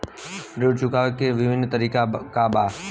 ऋण चुकावे के विभिन्न तरीका का बा?